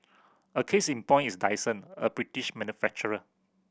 a case in point is Dyson a British manufacturer